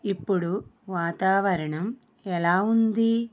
ఇప్పుడు వాతావరణం ఎలా ఉంది